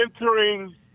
entering